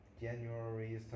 January